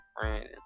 friend